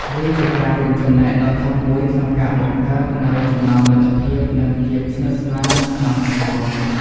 វាជាការរួមចំណែកដ៏ធំមួយក្នុងការបង្កើតនូវចំណងមិត្តភាពនិងភាពស្និទ្ធស្នាលក្នុងសង្គម។